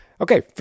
Okay